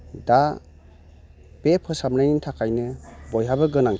दा बे फोसाबनायनि थाखायनो बयहाबो गोनांथि